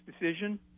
decision